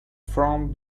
from